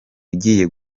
ugiye